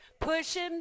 pushing